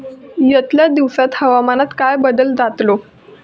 यतल्या दिवसात हवामानात काय बदल जातलो?